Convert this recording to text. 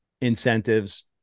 incentives